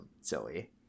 silly